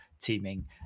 teaming